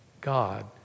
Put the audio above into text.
God